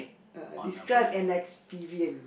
uh describe an experience